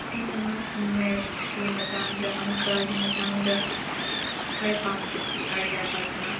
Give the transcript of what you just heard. ꯑꯩꯅ ꯃꯦꯠꯁꯀꯤ ꯃꯇꯥꯡꯗ ꯑꯪꯀꯒꯤ ꯃꯇꯥꯡꯗ ꯈ꯭ꯋꯥꯏ ꯄꯥꯝꯖꯕꯗꯤ ꯑꯥꯔꯤꯌꯥꯕꯠꯇ